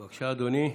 בבקשה, אדוני,